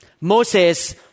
Moses